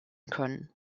können